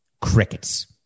Crickets